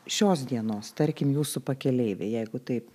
šios dienos tarkim jūsų pakeleiviai jeigu taip